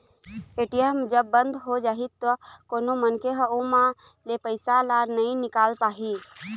ATM ह जब बंद हो जाही त कोनो मनखे ह ओमा ले पइसा ल नइ निकाल पाही